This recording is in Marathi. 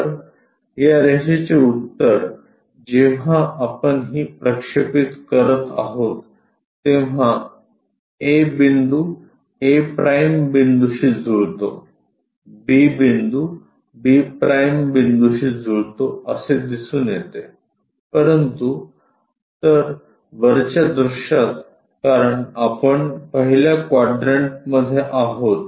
तर या रेषेचे उत्तर जेव्हा आपण ही प्रक्षेपित करत आहोत तेव्हा a बिंदू a' बिंदूशी जुळतो b बिंदू b' बिंदूशी जुळतो असे दिसून येतेपरंतु तर वरच्या दृश्यात कारण आपण पहिल्या क्वाड्रंटमध्ये आहोत